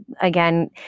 again